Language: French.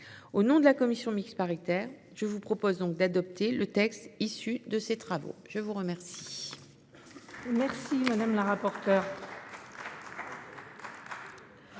Au nom de la commission mixte paritaire, je vous propose donc d’adopter le texte issu de ses travaux. La parole